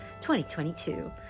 2022